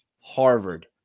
Harvard